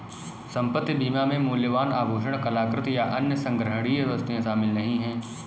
संपत्ति बीमा में मूल्यवान आभूषण, कलाकृति, या अन्य संग्रहणीय वस्तुएं शामिल नहीं हैं